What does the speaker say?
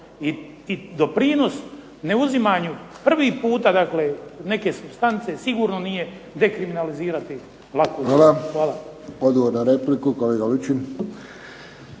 I doprinos neuzimanju prvi puta neke supstance sigurno nije dekriminalizirati laku drogu. **Friščić, Josip